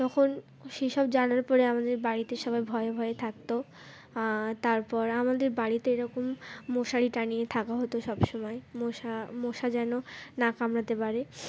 তখন সেসব জানার পরে আমাদের বাড়িতে সবাই ভয়ে ভয়ে থাকতো তারপর আমাদের বাড়িতে এরকম মশারি টানিয়ে থাকা হতো সব সমময় মশা মশা যেন না কামড়াতে পারে